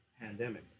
pandemic